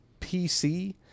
PC